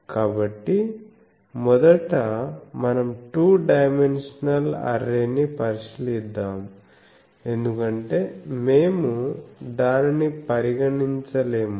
కాబట్టి మొదట మనం టూ డైమెన్షనల్ అర్రే ని పరిశీలిద్దాం ఎందుకంటే మేము దానిని పరిగణించలేదు